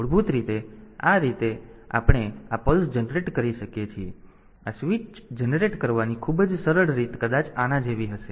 તેથી મૂળભૂત રીતે આ રીતે આપણે આ પલ્સ જનરેટ કરી શકીએ છીએ આ સ્વીચ જનરેટ કરવાની ખૂબ જ સરળ રીત કદાચ આના જેવી હશે